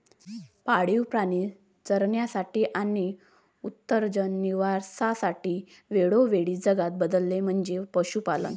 पाळीव प्राणी चरण्यासाठी आणि उदरनिर्वाहासाठी वेळोवेळी जागा बदलणे म्हणजे पशुपालन